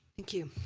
thank you.